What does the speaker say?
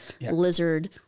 lizard